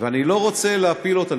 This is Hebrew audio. ואני לא רוצה להפיל אותה.